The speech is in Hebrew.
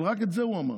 אבל רק את זה הוא אמר.